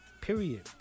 Period